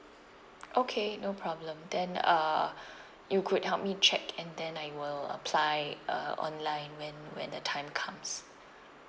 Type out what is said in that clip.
okay no problem then uh you could help me check and then I will apply uh online when when the time comes